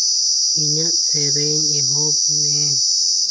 ᱤᱧᱟᱹᱜ ᱥᱮᱨᱮᱧ ᱮᱦᱚᱵ ᱢᱮ